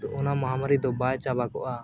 ᱚᱱᱟ ᱢᱟᱦᱟᱢᱟᱨᱤ ᱫᱚ ᱵᱟᱭ ᱪᱟᱵᱟ ᱠᱚᱜᱼᱟ